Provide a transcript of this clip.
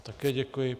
Také děkuji.